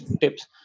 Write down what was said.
tips